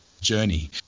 journey